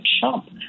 chump